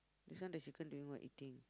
this one the chicken doing what eating